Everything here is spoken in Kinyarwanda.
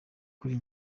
kuri